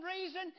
reason